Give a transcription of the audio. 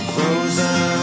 Frozen